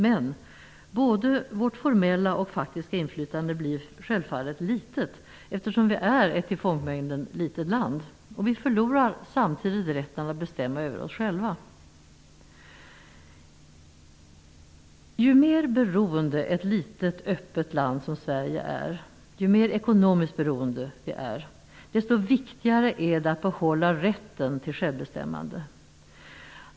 Men både vårt formella och faktiska inflytande blir självfallet litet, eftersom vi är ett till folkmängden litet land. Vi förlorar samtidigt rätten att bestämma över oss själva. Ju mer ekonomiskt beroende ett litet öppet land som Sverige är, desto viktigare är det att behålla rätten till självbestämmande.